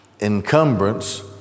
encumbrance